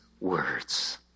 words